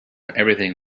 everything